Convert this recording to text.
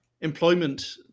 employment